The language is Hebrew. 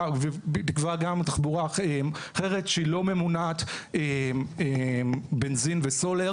גם תחבורה אחרת שהיא לא ממונעת בנזין וסולר